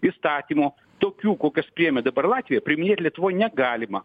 įstatymų tokių kokius priėmė dabar latvija priiminėt lietuvoj negalima